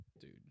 Dude